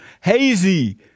Hazy